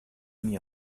mis